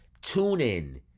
TuneIn